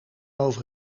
over